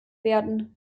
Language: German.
werden